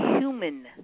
human